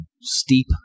steep